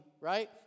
right